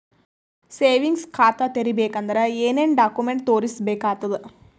Savings ಖಾತಾ ತೇರಿಬೇಕಂದರ ಏನ್ ಏನ್ಡಾ ಕೊಮೆಂಟ ತೋರಿಸ ಬೇಕಾತದ?